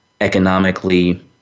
economically